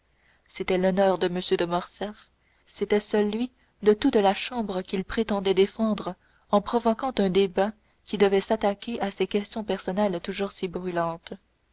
l'honneur de m de morcerf c'était celui de toute la chambre qu'il prétendait défendre en provoquant un débat qui devait s'attaquer à ces questions personnelles toujours si brûlantes